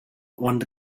one